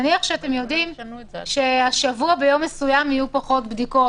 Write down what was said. ונניח אתם משערים שהשבוע ביום מסוים יהיו פחות בדיקות.